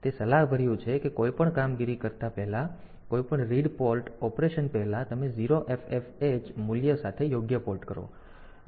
તેથી તે સલાહભર્યું છે કે કોઈપણ કામગીરી પહેલાં કોઈપણ રીડ પોર્ટ ઓપરેશન પહેલા તમે 0FFH મૂલ્ય સાથે યોગ્ય પોર્ટ કરો